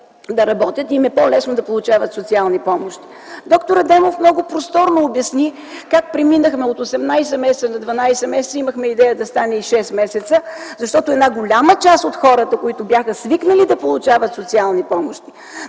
да работят и им е по-лесно да получават социални помощи. Доктор Адемов много просторно обясни как преминахме от 18 на 12 месеца, а имахме идея да станат и 6 месеца, защото една голяма част от хората, които бяха свикнали да получават социални помощи,